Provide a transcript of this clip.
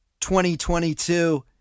2022